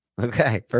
Okay